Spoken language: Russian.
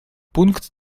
пункт